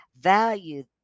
value